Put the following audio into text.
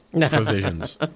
provisions